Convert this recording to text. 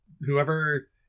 whoever